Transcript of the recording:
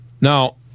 Now